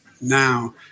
now